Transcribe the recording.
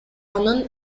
анын